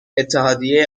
اتحادیه